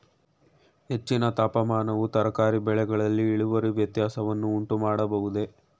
ಹೆಚ್ಚಿನ ತಾಪಮಾನವು ತರಕಾರಿ ಬೆಳೆಗಳಲ್ಲಿ ಇಳುವರಿ ವ್ಯತ್ಯಾಸವನ್ನು ಉಂಟುಮಾಡಬಹುದೇ?